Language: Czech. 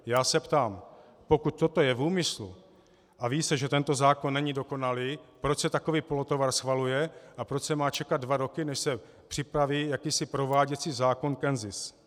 Já se ptám, pokud toto je v úmyslu a ví se, že tento zákon není dokonalý, proč se takový polotovar schvaluje a proč se má čekat dva roky, než se připraví jakýsi prováděcí zákon k NZIS.